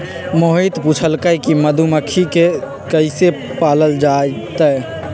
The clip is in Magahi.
मोहित पूछलकई कि मधुमखि के कईसे पालल जतई